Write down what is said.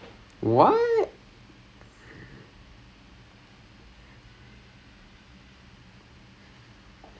one of the biggest problems about being a cricketer வந்து என்னன்னா:vanthu ennannaa is if you go to play you'll lose a whole day